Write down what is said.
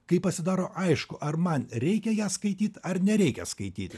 kai pasidaro aišku ar man reikia ją skaityt ar nereikia skaityti